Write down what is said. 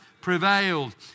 prevailed